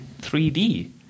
3D